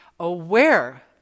aware